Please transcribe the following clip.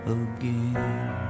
again